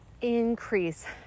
increase